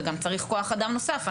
וצריך גם כוח אדם נוסף,